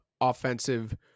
offensive